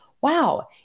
wow